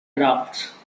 drafts